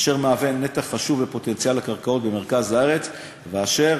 אשר מהווה נתח חשוב בפוטנציאל הקרקעות במרכז הארץ ואשר